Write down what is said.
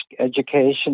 education